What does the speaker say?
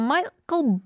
Michael